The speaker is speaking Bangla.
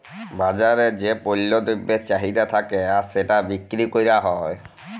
বাজারে যেই পল্য দ্রব্যের চাহিদা থাক্যে আর সেটা বিক্রি ক্যরা হ্যয়